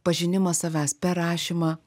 pažinimas savęs per rašymą